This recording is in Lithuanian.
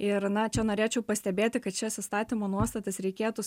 ir na čia norėčiau pastebėti kad šias įstatymo nuostatas reikėtų